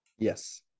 Yes